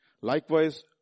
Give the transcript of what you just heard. Likewise